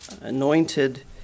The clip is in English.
anointed